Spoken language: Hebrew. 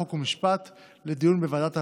חוק ומשפט לדיון בוועדת העבודה,